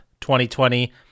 2020